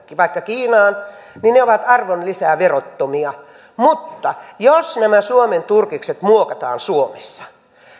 vaikka kiinaan niin ne ovat arvonlisäverottomia mutta jos nämä suomen turkikset muokataan suomessa